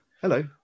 hello